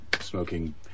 smoking